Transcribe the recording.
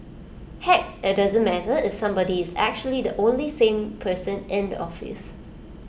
heck IT doesn't matter if that somebody is actually the only sane person in the office